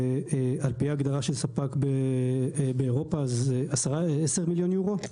לפי ההגדרה של ספק באירופה, זה 10 מיליון יורו.